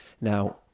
Now